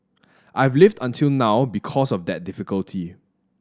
I've lived until now because of that difficulty